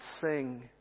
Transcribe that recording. Sing